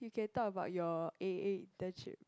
you can talk about your A_A internship